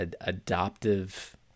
adoptive